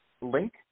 link